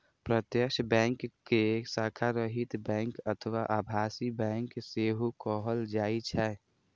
प्रत्यक्ष बैंक कें शाखा रहित बैंक अथवा आभासी बैंक सेहो कहल जाइ छै